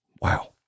Wow